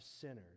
sinners